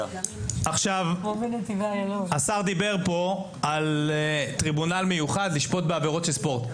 השר דיבר פה על טריבונל מיוחד לשפוט בעבירות של ספורט.